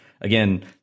again—